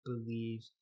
believe